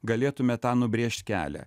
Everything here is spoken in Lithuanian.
galėtume tą nubrėžt kelią